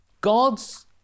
God's